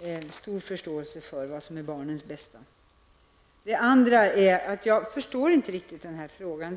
en stor förståelse för vad som är barnens bästa. För det andra förstår jag inte riktigt den här frågan.